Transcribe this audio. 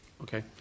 okay